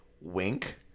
wink